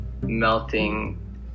melting